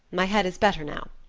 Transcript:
my head is better now.